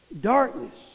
Darkness